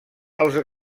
els